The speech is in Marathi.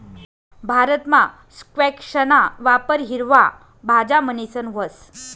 भारतमा स्क्वैशना वापर हिरवा भाज्या म्हणीसन व्हस